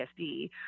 PSD